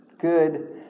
good